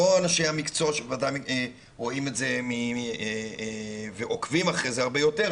לא אנשי המקצוע שוודאי רואים את זה ועוקבים אחרי זה הרבה יותר,